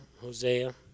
Hosea